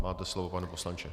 Máte slovo, pane poslanče.